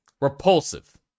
Repulsive